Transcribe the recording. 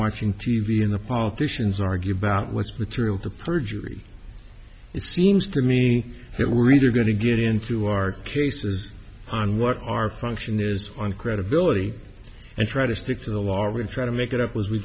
watching t v in the politicians argue about what's material to perjury it seems to me that we're either going to get into our cases on what our function is on credibility and try to stick to the law or when trying to make it up as we